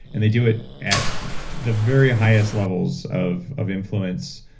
and they do it at the very highest levels of of influence,